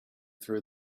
through